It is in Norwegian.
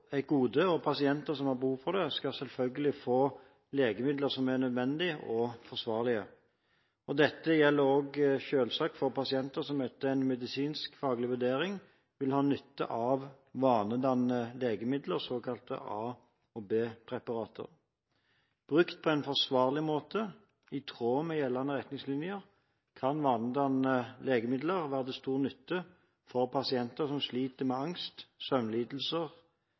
pasienter som har behov for det, skal selvfølgelig få legemidler som er nødvendige og forsvarlige. Dette gjelder selvsagt også for pasienter som etter en medisinskfaglig vurdering vil ha nytte av vanedannende legemidler, såkalte A- og B-preparater. Brukt på en forsvarlig måte og i tråd med gjeldende retningslinjer kan vanedannende legemidler være til stor nytte for pasienter som sliter med angst, søvnlidelser